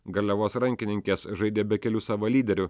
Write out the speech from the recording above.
garliavos rankininkės žaidė be kelių savo lyderių